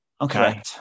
Okay